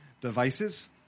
devices